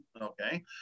okay